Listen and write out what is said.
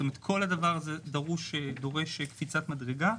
כל הדבר הזה דורש קפיצת מדרגה,